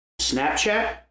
Snapchat